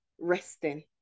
resting